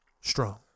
strong